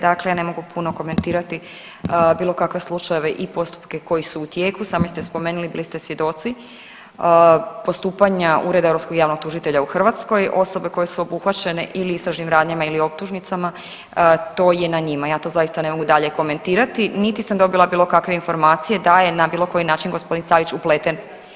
Dakle, ne mogu puno komentirati bilo kakve slučajeve i postupke koji su u tijeku, sami ste spomenuli bili ste svjedoci postupanja Ureda europskog javnog tužitelja u Hrvatskoj, osobe koje su obuhvaćene ili istražnim radnjama ili optužnicama to je na njima, ja to zaista ne mogu dalje komentirati niti sam dobila bilo kakve informacije da je na bilo koji način g. Savić upleten.